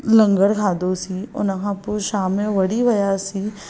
लंगर खाधोसीं हुन खां पोइ शाम जो वरी वियासीं